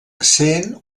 essent